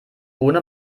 ohne